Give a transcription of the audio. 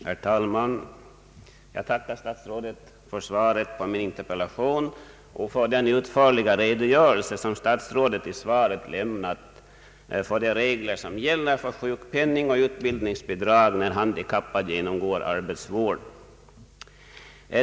Herr talman! Jag tackar statsrådet för svaret på min interpellation och för hans utförliga redogörelse för de regler som gäller för sjukpenning och utbildningsbidrag när handikappad genomgår arbetsvård.